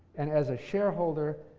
and as a shareholder,